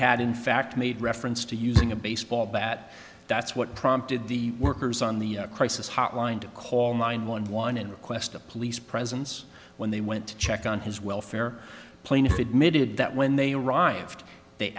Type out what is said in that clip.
had in fact made reference to using a baseball bat that's what prompted the workers on the crisis hotline to call nine one one and request a police presence when they went to check on his welfare plaintiff admitted that when they arrived they